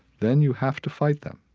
then you have to fight them.